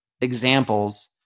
examples